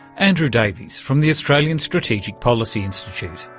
andrew davies from the australian strategic policy institute.